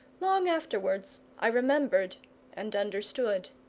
long afterwards i remembered and understood.